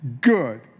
good